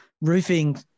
roofing